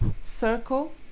circle